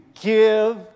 give